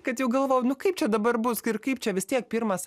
kad jau galvojau kaip čia dabar bus ir kaip čia vis tiek pirmas